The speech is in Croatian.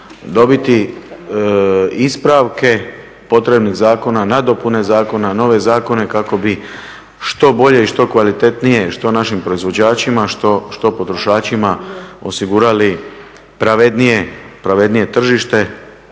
dobiti ispravke potrebnih zakona, nadopune zakona, nove zakone kako bi što bolje i što kvalitetnije što našim proizvođačima što potrošačima osigurali pravednije tržište,